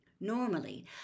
Normally